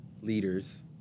leaders